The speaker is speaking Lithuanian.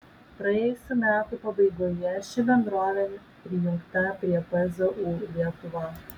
praėjusių metų pabaigoje ši bendrovė prijungta prie pzu lietuva